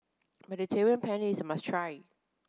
Mediterranean Penne is a must try